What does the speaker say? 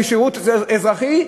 שירות אזרחי.